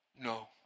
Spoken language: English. no